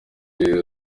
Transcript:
rero